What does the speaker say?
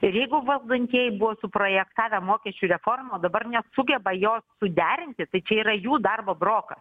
ir jeigu valdantieji buvo suprojektavę mokesčių reformą o dabar nesugeba jos suderinti tai čia yra jų darbo broka